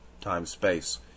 time-space